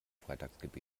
freitagsgebet